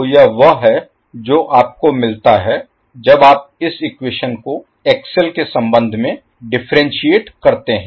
तो यह वह है जो आपको मिलता है जब आप इस इक्वेशन को एक्सएल के संबंध में डिफ्रेंटिएट करते हैं